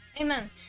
Amen